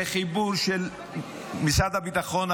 זה חיבור של משרד הביטחון,